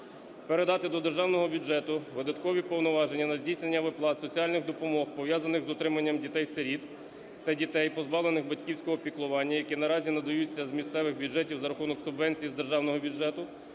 передати до державного бюджету видаткові повноваження на здійснення виплат соціальних допомог, пов'язаних з утримання дітей-сиріт та дітей, позбавлених батьківського піклування, які наразі надаються з місцевих бюджетів за рахунок субвенцій з державного бюджету,